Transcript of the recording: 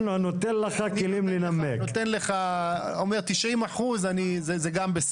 מצוין אז אנחנו אומרים לפרוטוקול שהיו"ר לא